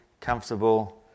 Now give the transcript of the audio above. comfortable